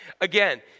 Again